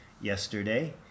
Yesterday